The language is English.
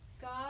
God